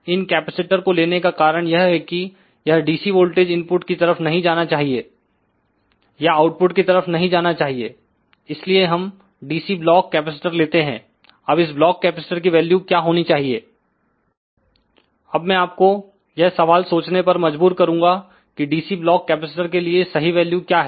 इन capacitor को लेने का कारण यह है कि यह DC वोल्टेज इनपुट की तरफ नहीं जाना चाहिए या आउटपुट की तरफ नहीं जाना चाहिए इसलिए हम DC ब्लॉक कैपेसिटर लेते हैं अब इस ब्लॉक कैपेसिटर की वैल्यू क्या होनी चाहिए अब मैं आपको यह सवाल सोचने पर मजबूर करूंगा कि DC ब्लॉक कैपेसिटर के लिए सही वैल्यू क्या है